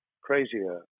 crazier